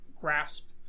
grasp